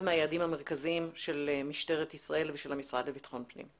מהיעדים המרכזיים של משטרת ישראל ושל המשרד לביטחון פנים.